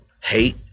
hate